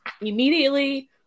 immediately